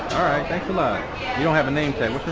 alright, thanks a lot you don't have a name tag,